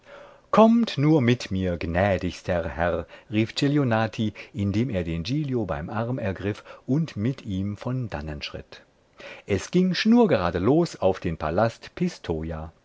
kommt nur mit mir gnädigster herr rief celionati indem er den giglio beim arm ergriff und mit ihm von dannen schritt es ging schnurgerade los auf den palast